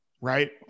right